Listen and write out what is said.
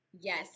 Yes